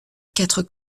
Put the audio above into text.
quatre